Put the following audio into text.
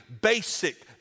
basic